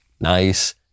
nice